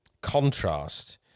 contrast